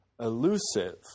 elusive